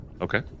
Okay